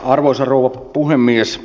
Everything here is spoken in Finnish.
arvoisa rouva puhemies